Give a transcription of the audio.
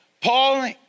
Paul